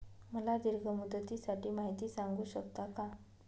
मला दीर्घ मुदतीसाठी माहिती सांगू शकता का?